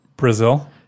brazil